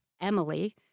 Emily